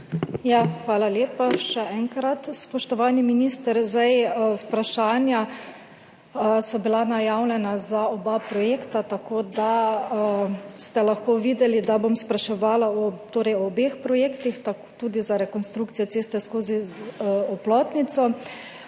Hvala lepa še enkrat. Spoštovani minister, vprašanja so bila najavljena za oba projekta, tako da ste lahko videli, da bom spraševala o obeh projektih, tudi za rekonstrukcijo ceste skozi Oplotnico.